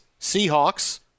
Seahawks